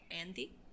Andy